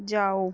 ਜਾਓ